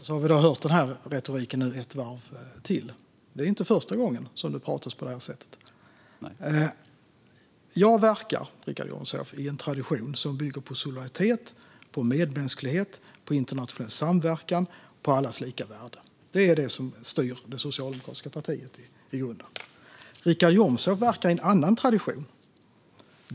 Fru talman! Så har vi då hört denna retorik ett varv till. Det är inte första gången som det talas på detta sätt. Jag verkar i en tradition som bygger på solidaritet, medmänsklighet, internationell samverkan och allas lika värde. Det är detta som i grunden styr det socialdemokratiska partiet. Richard Jomshof verkar i en annan tradition.